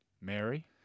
Mary